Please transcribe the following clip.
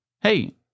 Hey